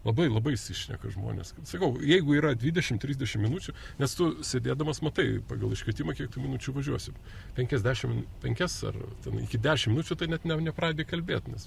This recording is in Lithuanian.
labai labai išsišneka žmonės sakau jeigu yra dvidešim trisdešim minučių nes tu sėdėdamas matai pagal iškvietimą kiek tu minučių važiuosi penkiasdešim penkias ar ten iki dešim minučių tai net ne nepradedi kalbėt nes